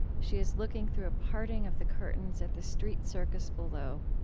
she is looking through a parting of the curtains at the street circus below.